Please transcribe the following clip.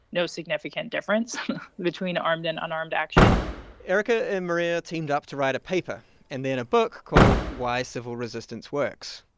no significant difference between armed and unarmed action erica and maria teamed up to write a paper and then a book called why civil resistance works.